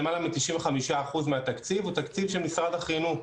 למעלה מ-95% מהתקציב הוא תקציב של משרד החינוך.